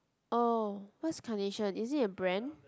oh what's Carnation it is a brand